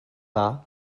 dda